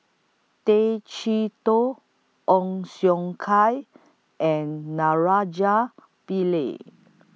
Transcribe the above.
Tay Chee Toh Ong Siong Kai and Pillai